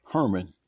Herman